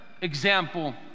example